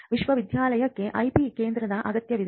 ವಿಶ್ವವಿದ್ಯಾನಿಲಯಕ್ಕೆ IP ಕೇಂದ್ರದ ಅಗತ್ಯವಿದೆ